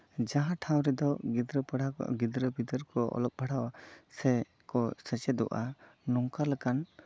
ᱡᱟᱦᱟᱸ ᱴᱷᱟᱶ ᱨᱮᱫᱚ ᱜᱤᱫᱽᱨᱟᱹ ᱯᱟᱲᱦᱟᱣ ᱠᱚ ᱜᱤᱫᱽᱨᱟᱼᱯᱤᱫᱽᱨᱟᱹ ᱠᱚ ᱚᱞᱚᱜ ᱯᱟᱲᱦᱟᱣᱟ ᱥᱮ ᱠᱚ ᱥᱮᱪᱮᱫᱚᱜᱼᱟ ᱱᱚᱝᱠᱟ ᱞᱮᱠᱟᱱ